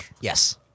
Yes